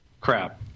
Crap